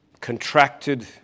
contracted